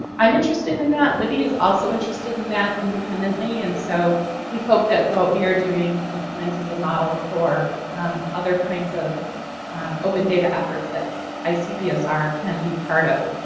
i'm interested in that, libby is also interested in that independently, and so we hope that what we are doing in flint is a model for other kinds of open data efforts that icpsr can be part of.